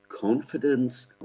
confidence